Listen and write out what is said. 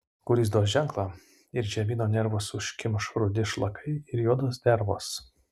kuris duos ženklą ir žemyno nervus užkimš rudi šlakai ir juodos dervos